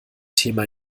thema